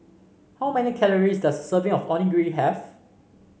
how many calories does a serving of Onigiri have